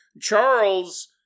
Charles